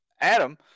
Adam –